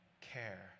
care